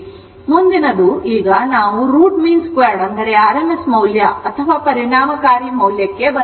ಈಗ ಮುಂದಿನದು ನಾವು root mean 2 ಮೌಲ್ಯ ಅಥವಾ ಪರಿಣಾಮಕಾರಿ ಮೌಲ್ಯಕ್ಕೆ ಬರಬೇಕು